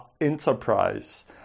enterprise